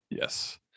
Yes